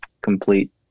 complete